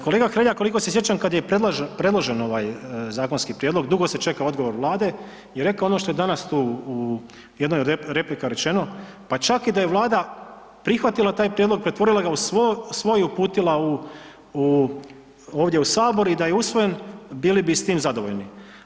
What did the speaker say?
Kolega Hrelja, koliko se sjećam, kad je i predložen ovaj zakonski prijedlog, dugo se čekao odgovor Vlade i rekao ono što je danas tu u jednoj od replika rečeno, pa čak i da je Vlada prihvatila taj prijedlog, pretvorila ga u svoj, uputila u, u, ovdje u sabor i da je usvojen, bili bi s tim zadovoljni.